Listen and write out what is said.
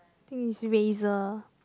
think is eraser